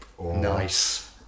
Nice